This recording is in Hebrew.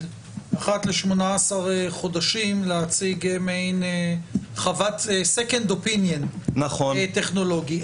אחת ל-18 חודשים להציג מעין דעה שנייה טכנולוגית.